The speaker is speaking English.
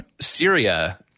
Syria